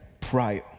prior